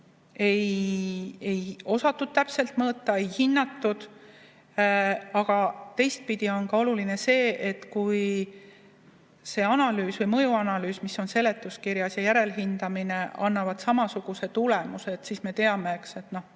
ei osatud täpselt mõõta ega hinnata. Aga teistpidi on oluline see, et kui see mõjuanalüüs, mis on seletuskirjas, ja järelhindamine annavad samasuguse tulemuse, siis me teame, et